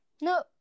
No